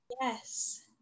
Yes